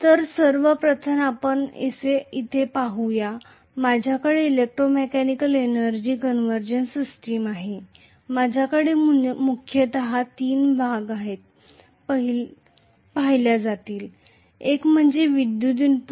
तर सर्वप्रथम आपण असे म्हणूया की माझ्याकडे इलेक्ट्रोमेकॅनिकल एनर्जी कन्व्हर्जन सिस्टम आहे माझ्याकडे मुख्यतः तीन भाग पाहिल्या जातील एक म्हणजे विद्युत इनपुट